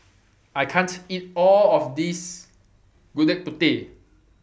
I can't eat All of This Gudeg Putih